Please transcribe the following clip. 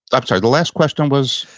i'm sorry, the last question was?